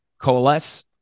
coalesce